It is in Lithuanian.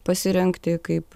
pasirengti kaip